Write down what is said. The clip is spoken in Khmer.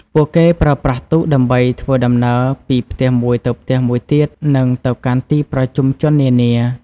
ពួកគេប្រើប្រាស់ទូកដើម្បីធ្វើដំណើរពីផ្ទះមួយទៅផ្ទះមួយទៀត និងទៅកាន់ទីប្រជុំជននានា។